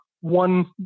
one